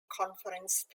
conference